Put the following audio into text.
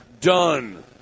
Done